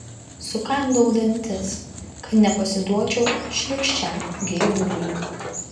sukandau dantis kad nepasiduočiau šlykščiam geiduliui